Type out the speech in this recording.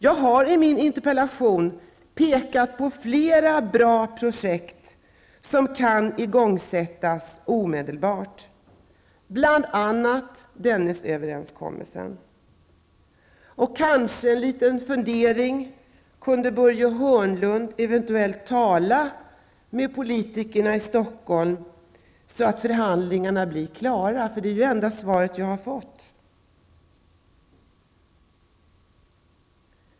Jag har i min interpellation pekat på flera bra projekt som kan igångsättas omedelbart, bl.a. Dennisöverenskommelsen. Kanske -- det är en liten fundering -- kunde Börje Hörnlund tala med politikerna i Stockholm, så att förhandlingarna blir klara. För det är ju det enda svar jag har fått, att förhandlingarna inte är klara.